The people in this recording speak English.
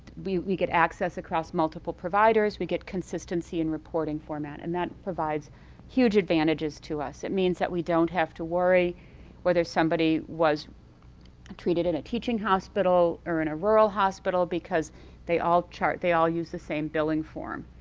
we we get access cross multiple providers, we get consistency in reporting format and that provides huge advantages to us. it means that we don't have to worry whether somebody was treated in a teaching hospital or in a rural hospital because they all chart they all use the same billing form.